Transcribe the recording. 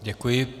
Děkuji.